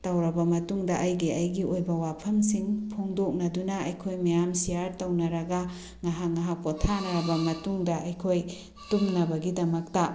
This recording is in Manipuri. ꯇꯧꯔꯕ ꯃꯇꯨꯡꯗ ꯑꯩꯒꯤ ꯑꯩꯒꯤ ꯑꯣꯏꯕ ꯋꯥꯐꯝꯁꯤꯡ ꯐꯣꯡꯗꯣꯛꯅꯗꯨꯅ ꯑꯩꯈꯣꯏ ꯃꯌꯥꯝ ꯁꯤꯌꯥꯔ ꯇꯧꯅꯔꯒ ꯉꯥꯏꯍꯥꯛ ꯉꯥꯏꯍꯥꯛ ꯄꯣꯊꯥꯔꯒ ꯃꯇꯨꯡꯗ ꯑꯩꯈꯣꯏ ꯇꯨꯝꯅꯕꯒꯤꯗꯃꯛꯇ